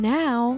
now